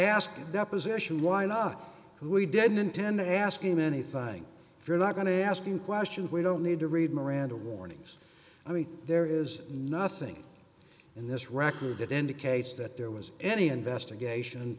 asked a deposition why not we didn't intend to ask him anything you're not going to ask you questions we don't need to read miranda warnings i mean there is nothing in this record that indicates that there was any investigation